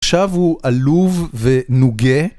עכשיו הוא עלוב ונוגה